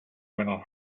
winner